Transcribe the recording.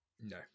No